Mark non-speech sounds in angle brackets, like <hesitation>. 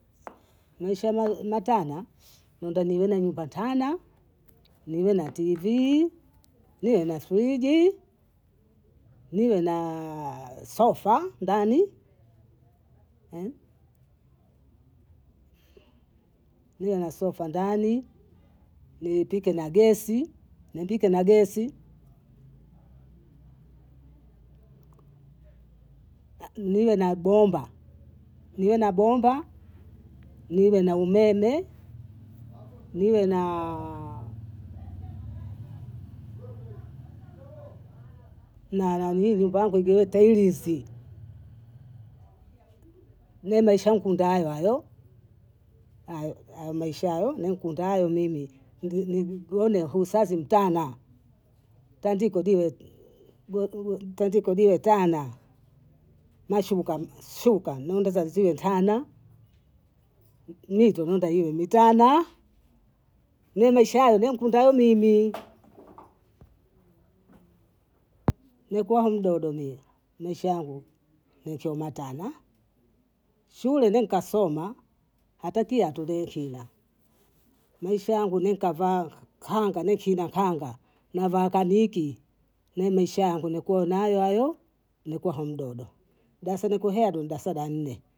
Nisham matana, nenda niwone mpatana, niwe na tivii, niwe na friji, niwe na <hesitation> sofa ndani, <hesitation> niwe na sofa ndani, nipike na gesi, nipike na gesi, <hesitation> niwe na bomba, niwe na bomba, niwe na umeme, niwe na <hesitation> na nani hii nyumba yangu ipwe tailizi, me maisha yangu ndo hayo hayo, <hesitation> hayo maisha hayo nikundayo mimi, <hesitation> husazi mtana, tandiko liwe <hesitation> tandiko liwe tana, na shuka <hesitation> shuka ziwe tana, mito naomba iwe mitana, mi maisha hayo nikundayo mimi, <hesitation> nikuwa mdodo mie maisha yangu nikiwa matana, shule ndo nkasoma hata pia hatulekila, maisha yangu nkavaa kanga niki na kanga, navaa kaniki, ni maisha yangu nikuona hayo hayo nikiwa hu mdodo, daasa nikuhea ndo daasa la nne.